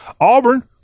Auburn